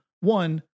One